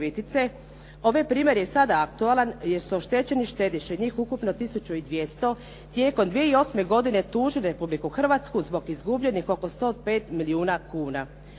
Ovaj primjer je sada aktualan jer su oštećeni štediše, njih ukupno 1200 tijekom 2008. godine tužili Republiku Hrvatsku zbog izgubljenih oko 105 milijuna kuna.